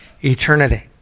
eternity